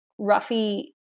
Ruffy